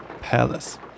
palace